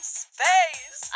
space